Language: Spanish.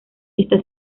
está